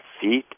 feet